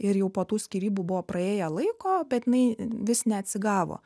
ir jau po tų skyrybų buvo praėję laiko bet jinai vis neatsigavo